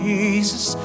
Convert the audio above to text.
Jesus